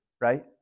right